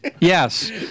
yes